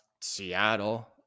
Seattle